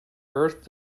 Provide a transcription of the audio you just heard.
earth